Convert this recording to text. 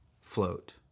float